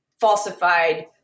falsified